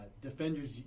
Defenders